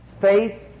Faith